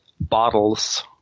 bottles